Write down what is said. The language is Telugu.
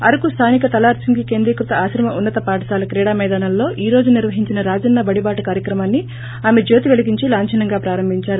అరుకు స్లానిక తలారిసింగి కేంద్రీకృత ఆశ్రమ ఉన్నత పాఠశాల క్రీడా మైదానంలో ఈ రోజు నీర్యహించిన రాజన్న బడిబాట కార్యక్రమాన్ని ఆమె జ్యోతి పెలిగించి లాంచనం గా ప్రారంభించారు